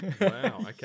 Wow